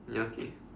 okay